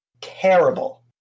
terrible